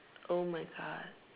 oh my God